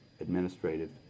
administrative